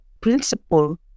principle